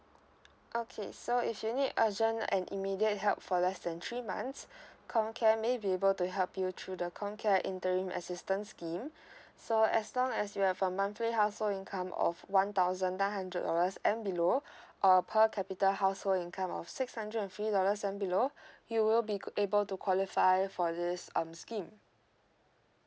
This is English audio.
okay so if you need urgent an immediate help for less than three months ComCare may be able to help you through the ComCare interim assistance scheme so as long as you have a monthly household income of one thousand nine hundred dollars and below or per capita household income of six hundred and fifty dollars and below you will be able to qualify for this um scheme